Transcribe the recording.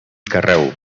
carreu